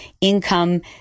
income